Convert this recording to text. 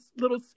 little